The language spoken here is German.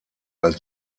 als